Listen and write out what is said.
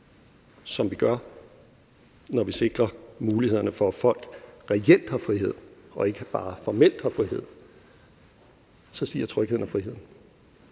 som vi gør, når vi sikrer mulighederne for, at folk reelt har frihed og ikke bare formelt har frihed, så stiger trygheden og friheden.